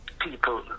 people